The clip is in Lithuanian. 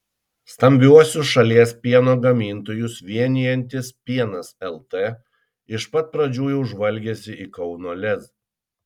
stambiuosius šalies pieno gamintojus vienijantis pienas lt iš pat pradžių jau žvalgėsi į kauno lez